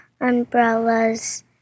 umbrellas